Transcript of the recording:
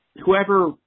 whoever